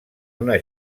una